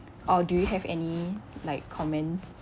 or do you have any like comments